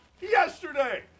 yesterday